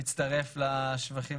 אני מצטרף לשבחים